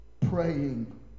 Praying